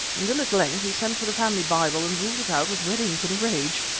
until at length he sent for the family bible and ruled it out with red ink in a rage.